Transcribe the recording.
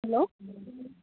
hello